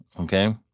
okay